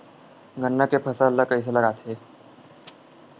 गन्ना के फसल ल कइसे लगाथे?